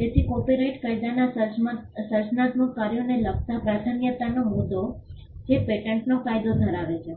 તેથી કોપિરાઇટ કાયદામાં સર્જનાત્મક કાર્યોને લગતા પ્રાધાન્યતાનો મુદ્દો જે પેટન્ટનો કાયદો ધરાવે છે